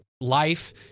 life